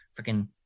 freaking